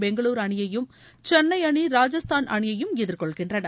பெங்களுரு அணியையும் சென்னை அணி ராஜஸ்தான் அணியையும் எதிர்கொள்கின்றன